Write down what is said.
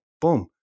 boom